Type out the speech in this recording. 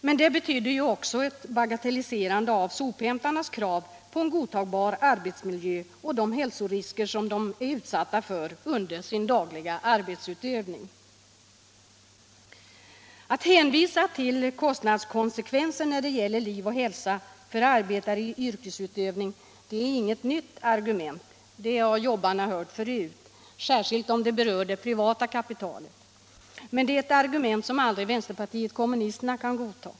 Men det betydde också ett bagatelliserande av sophämtarnas krav på en godtagbar arbetsmiljö och av de hälsorisker som de är utsatta för under sin dagliga arbetsutövning. Att hänvisa till kostnadskonsekvenser när det gäller liv och hälsa för arbetare i yrkesutövning är inget nytt argument. Det har jobbare hört tidigare, särskilt om det berör det privata kapitalet. Men det är argument som vänsterpartiet kommunisterna aldrig kan godta.